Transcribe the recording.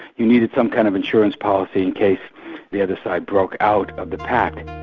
you needed some kind of insurance policy in case the other side broke out of the pact.